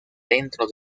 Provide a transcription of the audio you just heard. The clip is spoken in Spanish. dentro